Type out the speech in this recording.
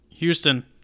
Houston